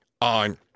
on